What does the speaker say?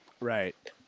Right